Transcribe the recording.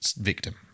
victim